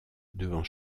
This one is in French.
devant